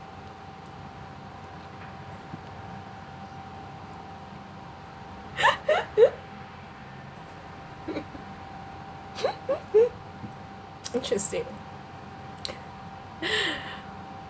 interesting